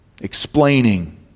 explaining